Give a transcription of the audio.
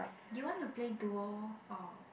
you want to play duo or